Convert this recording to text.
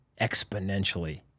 exponentially